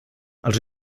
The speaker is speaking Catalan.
els